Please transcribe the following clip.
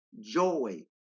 joy